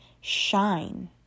shine